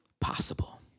possible